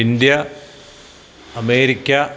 India America